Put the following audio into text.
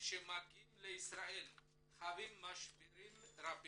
שמגיעים לישראל חווים משברים רבים: